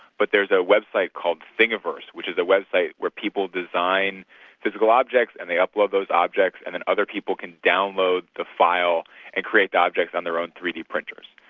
but there's a website called thingiverse, which is a website where people design physical objects objects and they upload those objects and then other people can download the file and create objects on their own three d printers.